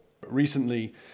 recently